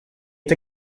est